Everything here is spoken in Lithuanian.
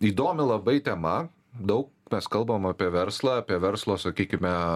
įdomi labai tema daug mes kalbam apie verslą apie verslo sakykime